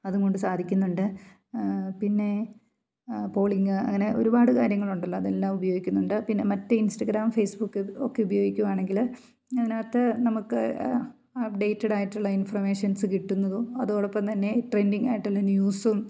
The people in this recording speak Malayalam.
അതുകൊണ്ട് സാധിക്കുന്നുണ്ട് പിന്നെ പോളിംഗ് അങ്ങനെ ഒരുപാട് കാര്യങ്ങൾ ഉണ്ടല്ലോ അതെല്ലാം ഉപയോഗിക്കുന്നുണ്ട് പിന്നെ മറ്റേ ഇൻസ്റ്റഗ്രാം ഫേസ്ബുക്ക് ഒക്കെ ഉപയോഗിക്കുവാണെങ്കിൽ അതിനകത്ത് നമുക്ക് അപ്ഡേറ്റഡ് ആയിട്ടുള്ള ഇൻഫർമേഷൻസ് കിട്ടുന്നതും അതോടൊപ്പം തന്നെ ട്രെൻഡിങ് ആയിട്ടുള്ള ന്യൂസും